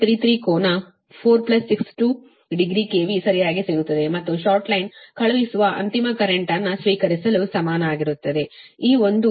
62 degree KV ಸರಿಯಾಗಿ ಸಿಗುತ್ತದೆ ಮತ್ತು ಶಾರ್ಟ್ ಲೈನ್ ಕಳುಹಿಸುವ ಅಂತಿಮ ಕರೆಂಟ್ ಅನ್ನು ಸ್ವೀಕರಿಸಲು ಸಮಾನವಾಗಿರುತ್ತದೆ ಈ ಒಂದು 0